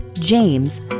James